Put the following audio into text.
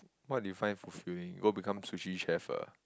what do you find fulfilling go become sushi chef ah